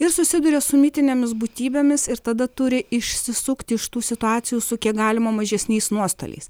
ir susiduria su mitinėmis būtybėmis ir tada turi išsisukti iš tų situacijų su kiek galima mažesniais nuostoliais